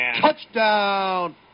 Touchdown